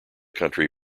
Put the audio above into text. country